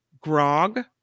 grog